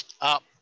up